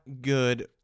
good